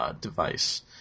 Device